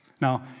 Now